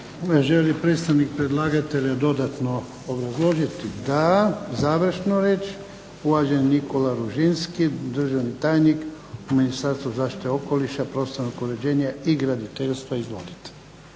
li predstavnik predlagatelja dodatno obrazložiti? Da. Završnu riječi uvaženi Nikola Ružinski, državni tajnik u Ministarstvu zaštite okoliša, prostornog uređenja i graditeljstva. Izvolite.